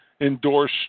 endorse